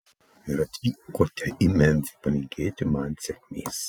ir atvykote į memfį palinkėti man sėkmės